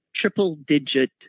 triple-digit